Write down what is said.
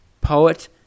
poet